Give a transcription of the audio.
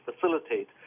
facilitate